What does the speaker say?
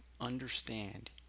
understand